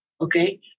Okay